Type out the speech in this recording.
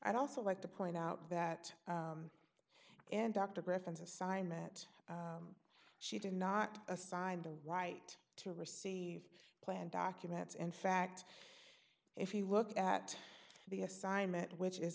i'd also like to point out that and dr griffin's assignment she did not assign the right to receive plan documents in fact if you look at the assignment which is